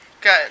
Good